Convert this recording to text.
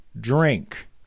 drink